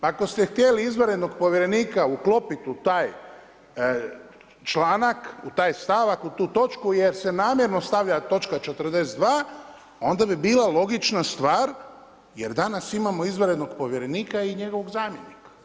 Ako ste htjeli izvanrednog povjerenika uklopiti u taj članak u taj stavak u tu točku jer se namjerno stavlja točka 42. onda bi bila logična stvar jer danas imamo izvanrednog povjerenika i njegovog zamjenika.